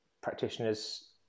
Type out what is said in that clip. practitioners